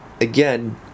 again